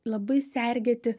labai sergėti